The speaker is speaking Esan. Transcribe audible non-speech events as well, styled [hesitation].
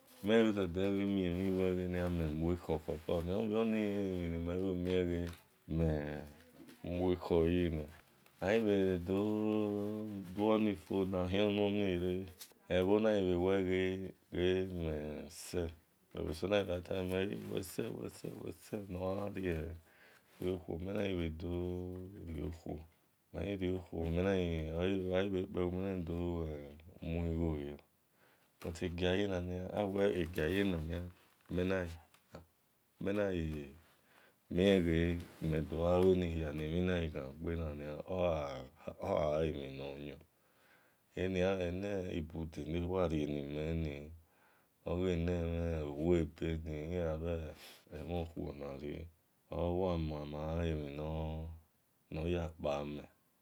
Mel bhe sede bhe-mie mhi wel ghe mel mel-khor-khor-khor oni ghi emhi ni mel bhe mie wel ghe mel mue khor yil nia aghi bhe doo duo [hesitation] ni fo nahion-nonire ebho na ghi bhe dor ghe mel se eso na ghi gha tamamel wel ghe wel sel wel sel nor yan rio khuo mel na bhe dorio- khuo mel ghi rio khuo mel na [hesitation] bhe dor mui gho yor but egia ghi ijena nia mel na [hesitation] ghi dogha lueni hia ne mhi naghi ghan gbena-nia ogha a e mhi nor yon enibube newarie nimel ni oghe ne mhe owabeni e yan bhe emhen khuo na rie owa gha emhi nor wa mama gha yemel.